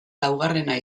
laugarrena